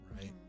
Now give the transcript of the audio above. right